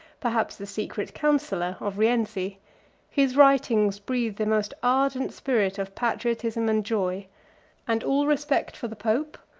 perhaps the secret counsellor, of rienzi his writings breathe the most ardent spirit of patriotism and joy and all respect for the pope,